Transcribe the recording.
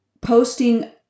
posting